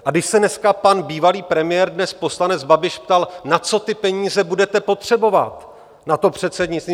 A když se dneska pan bývalý premiér, dnes poslanec Babiš ptal: na co ty peníze budete potřebovat na to předsednictví?